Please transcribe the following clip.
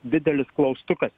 didelis klaustukas